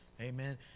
Amen